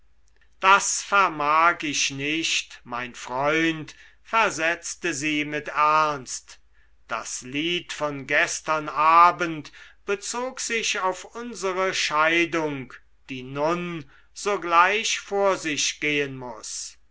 das vermag ich nicht mein freund versetzte sie mit ernst das lied von gestern abend bezog sich auf unsere scheidung die nun sogleich vor sich gehen muß